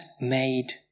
made